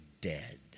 dead